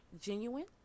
genuine